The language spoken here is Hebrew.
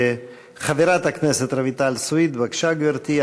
חברת הכנסת רויטל סויד, בבקשה, גברתי.